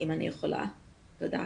תודה.